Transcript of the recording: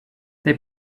they